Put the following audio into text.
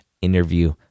interview